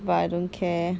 but I don't care